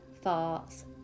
thoughts